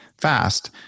fast